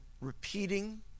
repeating